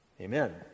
amen